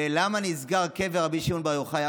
ולמה נסגר קבר רבי שמעון בר יוחאי?